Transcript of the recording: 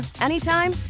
anytime